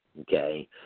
Okay